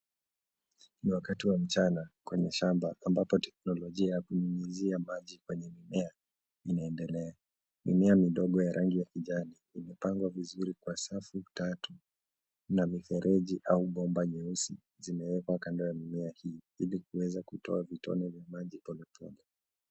Ni wakati wa mchana kwenye shamba, ambapo teknolojia ya kunyunyizia maji kwenye mimea inaendelea. Mimea midogo ya rangi ya kijani imepangwa vizuri kwa safu tatu, na mifereji au bomba nyeusi zimeekwa kando ya mimea hii. Ili kuweza kutoa vitone vya maji pole pole.